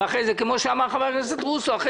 וכמו שאמר חבר הכנסת רוסו קודם נטפל